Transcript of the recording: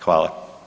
Hvala.